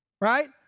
right